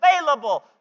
available